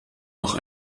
noch